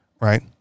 Right